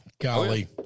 Golly